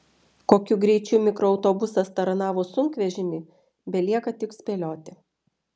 kokiu greičiu mikroautobusas taranavo sunkvežimį belieka tik spėlioti